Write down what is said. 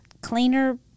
cleaner